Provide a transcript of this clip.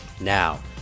Now